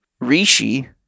Rishi